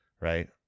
right